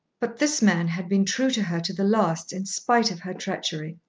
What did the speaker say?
but this man had been true to her to the last in spite of her treachery!